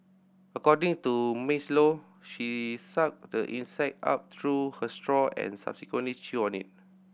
according to Maisie Low she sucked the insect up through her straw and subsequently chewed on it